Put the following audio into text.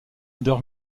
odeur